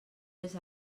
les